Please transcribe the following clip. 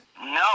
No